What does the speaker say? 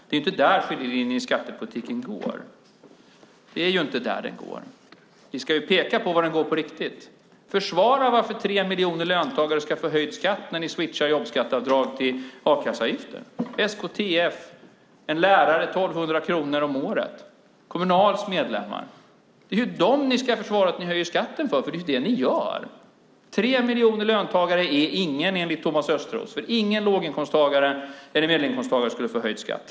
Det är inte där skiljelinjen i skattepolitiken går. Ni ska peka på var den går på riktigt. Försvara varför tre miljoner löntagare ska få höjd skatt när ni switchar jobbskatteavdrag till a-kasseavgifter! Det blir 1 200 kronor om året för en lärare. Det gäller SKTF:s och Kommunals medlemmar. Ni ska försvara att ni höjer skatten för dem, för det är det ni gör. Tre miljoner löntagare är ingen, enligt Thomas Östros, för ingen låg eller medelinkomsttagare skulle få höjd skatt.